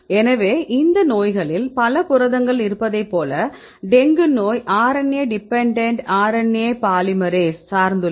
எனவே இந்த நோய்களில் பல புரதங்கள் இருப்பதைப் போலடெங்கு நோய் RNA டிபெண்டன்ட் RNA பாலிமரைஸ் சார்ந்துள்ளது